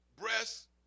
breasts